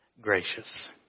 gracious